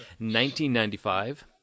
1995